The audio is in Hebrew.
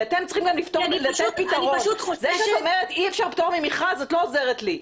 זה שאת אומרת: אי אפשר פטור ממכרז - את לא עוזרת לי.